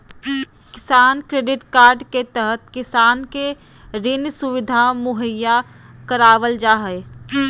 किसान credit card के तहत किसान के ऋण सुविधा मुहैया करावल जा हय